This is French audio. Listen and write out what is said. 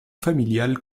familiale